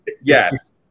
yes